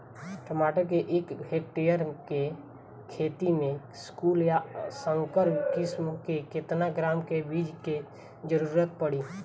टमाटर के एक हेक्टेयर के खेती में संकुल आ संकर किश्म के केतना ग्राम के बीज के जरूरत पड़ी?